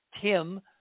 Tim